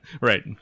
Right